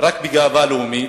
רק בגאווה לאומית.